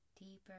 deeper